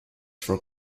for